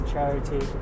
charity